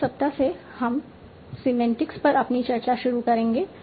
अगले सप्ताह से हम सीमेन्टिक्स पर अपनी चर्चा शुरू करेंगे